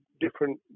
different